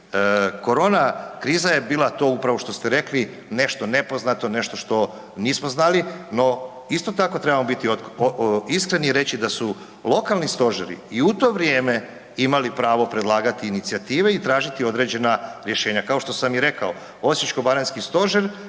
korona kriza je bila to upravo što ste rekli, nešto nepoznato, nešto što nismo znali. No, isto tako trebamo biti iskreni i reći da su lokalni stožeri i u to vrijeme imali pravo predlagati inicijative i tražiti određena rješenja.